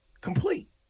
complete